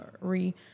re